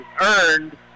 Earned